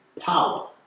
power